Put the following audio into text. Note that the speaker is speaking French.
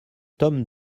tome